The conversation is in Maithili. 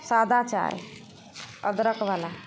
सादा चाइ अदरकवला